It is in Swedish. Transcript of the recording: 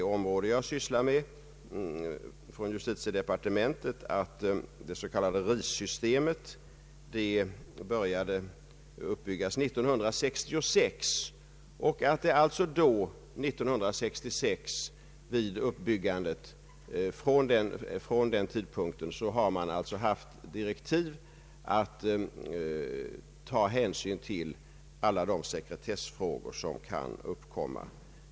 Det s.k. RI-systemet började uppbyggas inom justitiedepartementet 1966, och från början har man haft direktiv att ta hänsyn till alla de sekretessfrågor som kan uppkomma.